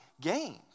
gained